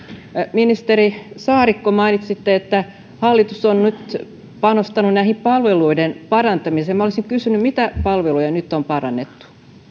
ministeri saarikko mainitsitte että hallitus on nyt panostanut palveluiden parantamiseen minä olisin kysynyt mitä palveluja nyt on parannettu